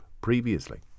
previously